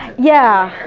yeah,